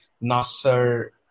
Nasser